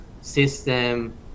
system